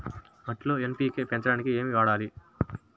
మట్టిలో ఎన్.పీ.కే పెంచడానికి ఏమి వాడాలి?